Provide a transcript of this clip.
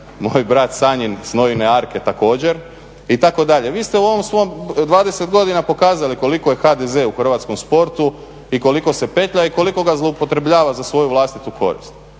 moj brat Sanjin sa Noine arke također itd.. Vi ste u ovom svom 20 godina pokazali koliko je HDZ u hrvatskom sportu i koliko se petlja i koliko ga zloupotrjebljava za svoju vlastitu korist.